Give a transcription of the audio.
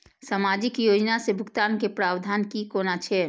सामाजिक योजना से भुगतान के प्रावधान की कोना छै?